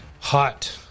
Hot